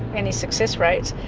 any success rates,